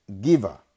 giver